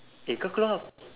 eh kau keluar